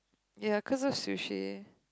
ya because this is sushi